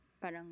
parang